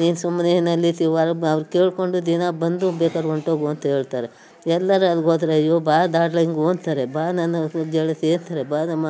ನೀನು ಸುಮ್ಮನೆ ನೀನಲ್ಲಿದ್ದೆ ಹೊರಗೆ ಬಾ ಅವ್ರು ಕೇಳಿಕೊಂಡು ದಿನ ಬಂದು ಬೇಕಾದ್ರೆ ಹೊರ್ಟೋಗು ಅಂಥೇಳ್ತಾರೆ ಎಲ್ಲರ ಅಲ್ಲಿಗೋದ್ರೆ ಅಯ್ಯೋ ಬಾ ಡಾರ್ಲಿಂಗು ಅಂತಾರೆ ಬಾ ನನ್ನ ಗೆಳತಿ ಅಂತಾರೆ ಬಾರಮ್ಮ